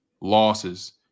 losses